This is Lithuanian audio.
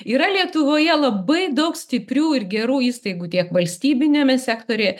yra lietuvoje labai daug stiprių ir gerų įstaigų tiek valstybiniame sektoriuje